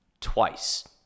twice